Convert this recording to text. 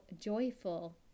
joyful